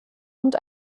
und